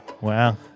Wow